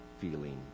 feeling